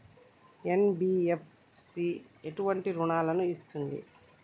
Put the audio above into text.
NBFC ఎటువంటి రుణాలను ఇస్తుంది?